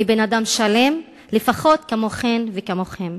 אני בן אדם שלם, לפחות כמוכן וכמוכם.